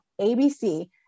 ABC